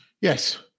yes